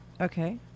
Okay